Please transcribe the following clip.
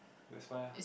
that's why ah